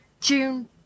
June